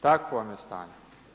Takvo vam je stanje.